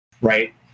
right